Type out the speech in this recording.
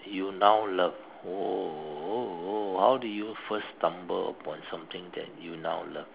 you now love oh how do you first stumble upon something that you now love